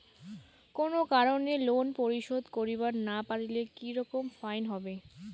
কোনো কারণে লোন পরিশোধ করিবার না পারিলে কি রকম ফাইন হবে?